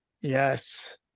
Yes